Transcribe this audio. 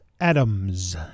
Adams